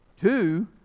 Two